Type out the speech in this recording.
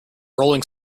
rolling